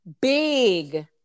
big